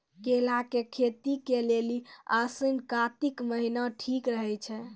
केला के खेती के लेली आसिन कातिक महीना ठीक रहै छै